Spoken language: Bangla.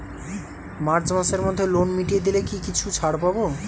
মার্চ মাসের মধ্যে লোন মিটিয়ে দিলে কি কিছু ছাড় পাব?